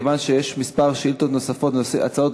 כיוון שעלו כמה שאלות נוספות והצעות